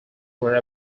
were